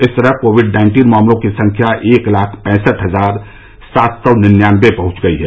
इस तरह covid nineteen मामलों की संख्या एक लाख पैंसठ हजार सात सौ निन्यानबे पहुंच गई है